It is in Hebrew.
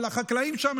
על החקלאים שם,